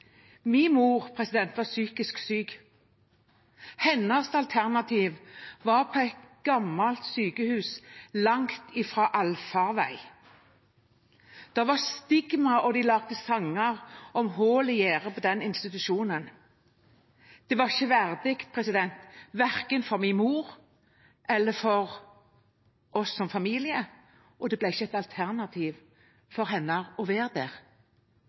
mor var psykisk syk. Hennes alternativ var et gammelt sykehus langt fra allfarvei. Det var stigma, og folk lagde sanger om hull i gjerdet på den institusjonen. Det var ikke verdig, verken for min mor eller for oss som familie, og det ble ikke et alternativ for henne å være der.